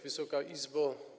Wysoka Izbo!